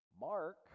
Mark